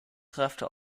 kräfte